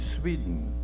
Sweden